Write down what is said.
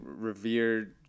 revered